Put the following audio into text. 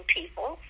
people